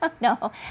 no